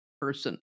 person